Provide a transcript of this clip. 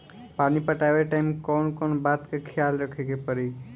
पानी पटावे टाइम कौन कौन बात के ख्याल रखे के पड़ी?